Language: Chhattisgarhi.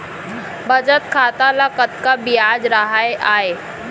बचत खाता ल कतका ब्याज राहय आय?